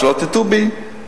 שלא תטעו בי,